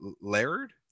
Laird